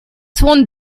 cʼhoant